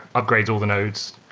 upgrade all the nodes.